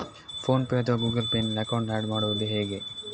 Phone pay ಅಥವಾ Google Pay ನಲ್ಲಿ account add ಮಾಡುವುದು ಹೇಗೆ?